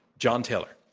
john taylor.